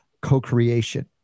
co-creation